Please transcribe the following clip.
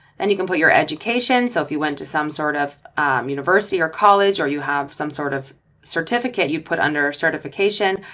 and you can put your education. so if you went to some sort of university or college or you have some sort of certificate you put under certification.